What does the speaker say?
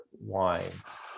wines